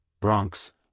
Bronx